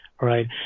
right